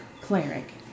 cleric